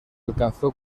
alcanzó